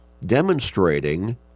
demonstrating